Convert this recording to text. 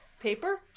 paper